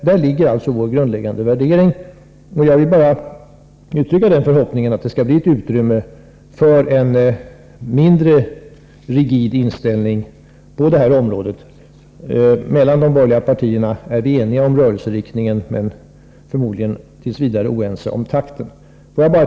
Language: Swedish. Där ligger alltså vår grundläggande värde ring, och jag vill bara uttrycka den förhoppningen att det skall bli ett utrymme för en mindre rigid inställning på det här området. Mellan de borgerliga partierna är vi eniga om rörelseriktningen men förmodligen t. v. oense om takten. Fru talman!